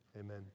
Amen